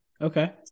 Okay